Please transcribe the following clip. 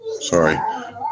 sorry